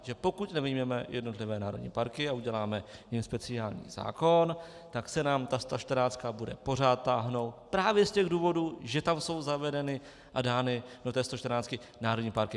Že pokud nevyjmeme jednotlivé národní parky a uděláme jim speciální zákon, tak se nám ta stočtrnáctka bude pořád táhnout právě z těch důvodů, že tam jsou zavedeny a dány do té stočtrnáctky národní parky.